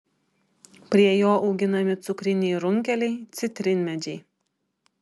prie jo auginami cukriniai runkeliai citrinmedžiai